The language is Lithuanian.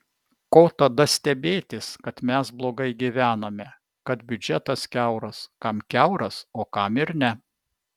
ko tada stebėtis kad mes blogai gyvename kad biudžetas kiauras kam kiauras o kam ir ne